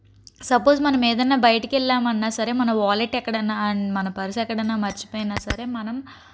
suppose మనం ఏదన్నా బయటికి వెళ్ళాము అన్న సరే మన వాలెట్ ఎక్కడన్న మన పర్స్ ఎక్కడన్నా మర్చిపోయిన సరే మనం